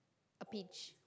a pitch